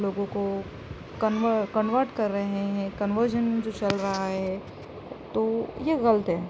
لوگوں کو کنوٹ کنورٹ کر رہے ہیں کنورزن جو چل رہا ہے تو یہ غلط ہے